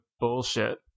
bullshit